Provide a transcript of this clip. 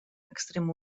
extrem